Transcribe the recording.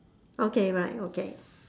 okay right okay